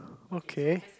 okay